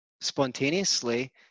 spontaneously